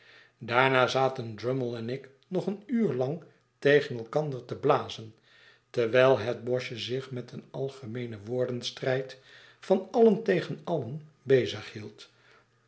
daarna zaten drummle en ik nog een uur lang tegen elkander te blazen terwijl het boschje zich met een algemeenen woordenstrijd van alien tegen alien bezig hield